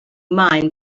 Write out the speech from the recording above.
maen